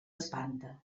espanta